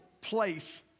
place